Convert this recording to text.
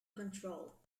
control